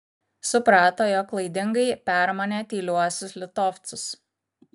suprato jog klaidingai permanė tyliuosius litovcus